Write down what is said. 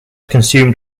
consumed